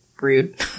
rude